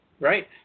right